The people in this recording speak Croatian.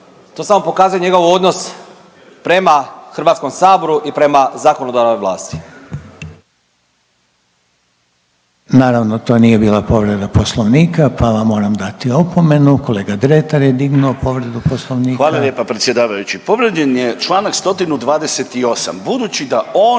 To samo pokazuje njegov odnos prema Hrvatskom saboru i prema zakonodavnoj vlasti. **Reiner, Željko (HDZ)** Naravno to nije bila povreda Poslovnika pa vam moram dati opomenu. Kolega Dretar je dignuo povredu Poslovnika. **Dretar, Davor (DP)** Hvala lijepa predsjedavajući. Povrijeđen je čl. 128. Budući da on